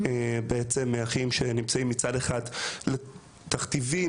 אחים שנמצאים מצד אחד תחת תכתיבים